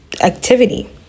activity